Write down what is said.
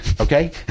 Okay